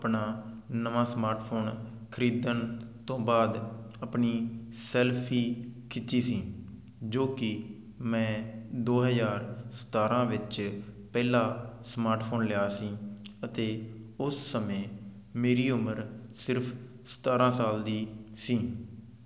ਆਪਣਾ ਨਵਾਂ smart phone ਖਰੀਦਣ ਤੋਂ ਬਾਅਦ ਆਪਣੀ ਸੈਲਫੀ ਖਿੱਚੀ ਸੀ ਜੋ ਕਿ ਮੈਂ ਦੋ ਹਜ਼ਾਰ ਸਤਾਰ੍ਹਾਂ ਵਿੱਚ ਪਹਿਲਾ ਸਮਾਰਟਫੋਨ ਲਿਆ ਸੀ ਅਤੇ ਉਸ ਸਮੇਂ ਮੇਰੀ ਉਮਰ ਸਿਰਫ ਸਤਾਰ੍ਹਾਂ ਸਾਲ ਦੀ ਸੀ